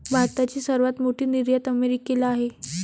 भारताची सर्वात मोठी निर्यात अमेरिकेला आहे